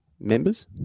Members